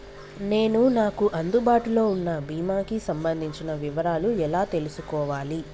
నేను నాకు అందుబాటులో ఉన్న బీమా కి సంబంధించిన వివరాలు ఎలా తెలుసుకోవాలి?